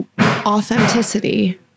authenticity